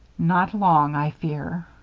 not long, i fear.